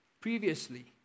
previously